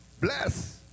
bless